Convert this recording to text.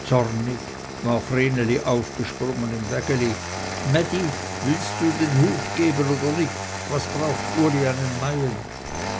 zornig war vreneli aufgesprungen im wägeli mädi willst du den hut geben oder nicht was braucht uli einen meien